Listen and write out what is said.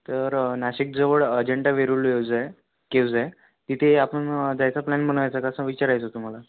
तर नाशिक जवळ अजिंठा वेरूळ लेव्ज आहे केव्ज आहे तिथे आपण जायचा प्लान बनवायचा का असं विचारायचं होतं मला